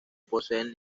poseen